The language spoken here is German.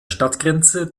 stadtgrenze